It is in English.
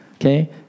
okay